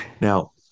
Now